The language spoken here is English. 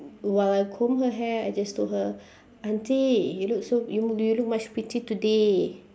while I comb her hair I just told her auntie you look so you you look much pretty today